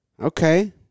Okay